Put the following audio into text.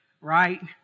Right